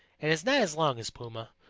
and is not as long as puma,